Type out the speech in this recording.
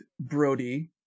Brody